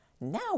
now